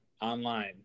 online